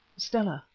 stella,